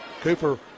Cooper